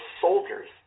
soldiers